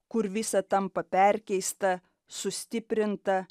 kur visa tampa perkeista sustiprinta